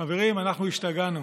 חברים, אנחנו השתגענו.